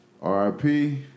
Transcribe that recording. RIP